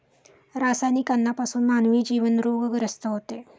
रासायनिक अन्नापासून मानवी जीवन रोगग्रस्त होते